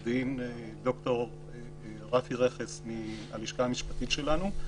עו"ד ד"ר רפי רכס מהלשכה המשפטית שלנו.